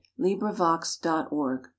LibriVox.org